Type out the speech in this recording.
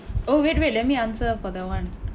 oh wait wait let me answer for the [one]